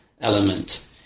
element